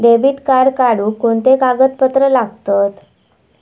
Debit card काढुक कोणते कागदपत्र लागतत?